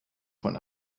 von